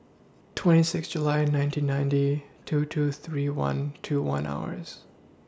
twenty six July nineteen ninety two two three one two one hours